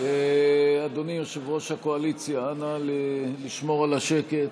אדוני יושב-ראש הקואליציה, אנא, לשמור על השקט.